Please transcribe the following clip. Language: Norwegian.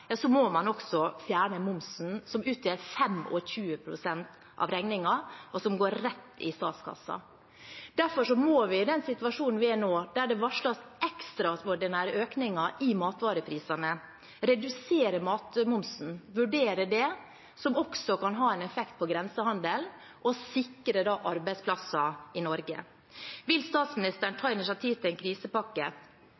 må man også fjerne momsen, som utgjør 25 pst. av regningen, og som går rett i statskassen. Derfor må vi, i den situasjonen vi er i nå, der det varsles ekstraordinære økninger i matvareprisene, vurdere å redusere matmomsen. Det kan også ha en effekt på grensehandelen og da sikre arbeidsplasser i Norge. Vil statsministeren